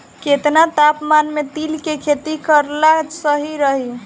केतना तापमान मे तिल के खेती कराल सही रही?